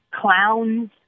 clowns